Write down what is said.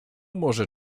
może